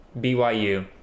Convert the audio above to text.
BYU